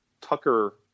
Tucker